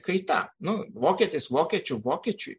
kaita nu vokietis vokiečiu vokiečiui